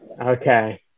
Okay